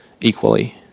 equally